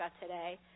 today